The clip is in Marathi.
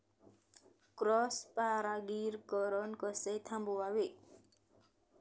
क्रॉस परागीकरण कसे थांबवावे?